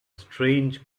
strange